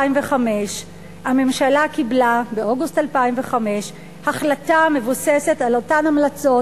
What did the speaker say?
באוגוסט 2005 הממשלה קיבלה החלטה המבוססת על אותן המלצות,